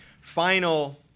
final